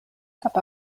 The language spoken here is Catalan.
cap